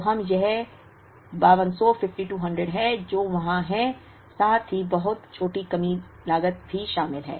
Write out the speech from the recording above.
तो हम यह 5200 है जो वहाँ है साथ ही एक बहुत छोटी कमी लागत भी शामिल है